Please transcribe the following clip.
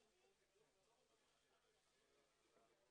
שלום וברוכים הבאים.